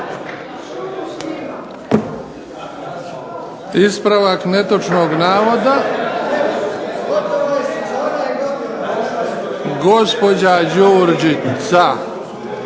Ispravak netočnog navoda, gospođa zastupnica